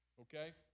Okay